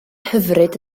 hyfryd